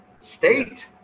state